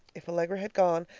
if allegra had gone,